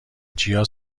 جیا